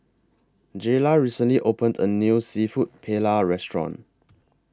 Jayla recently opened A New Seafood Paella Restaurant